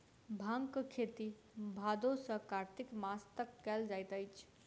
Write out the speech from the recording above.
भांगक खेती भादो सॅ कार्तिक मास तक कयल जाइत अछि